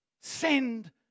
send